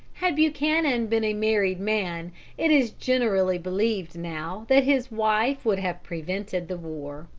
had buchanan been a married man it is generally believed now that his wife would have prevented the war.